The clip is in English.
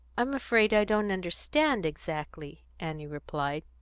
i'm afraid i don't understand exactly, annie replied.